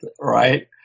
right